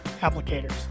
applicators